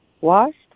washed